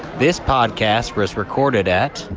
this podcast was recorded at.